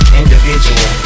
individual